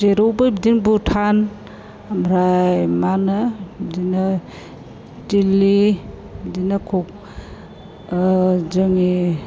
जेरावबो बिदिनो भुटान ओमफ्राय मा होनो बिदिनो दिल्ली बिदिनो जोंनि